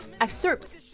excerpt